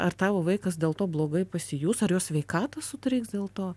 ar tavo vaikas dėl to blogai pasijus ar jo sveikata sutriks dėl to